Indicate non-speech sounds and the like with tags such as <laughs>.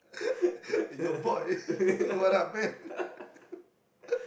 <laughs>